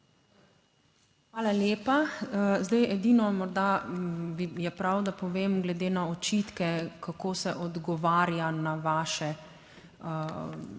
Hvala lepa. Zdaj edino morda je prav, da povem glede na očitke, kako se odgovarja na vaše,